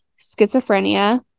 schizophrenia